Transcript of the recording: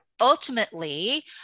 ultimately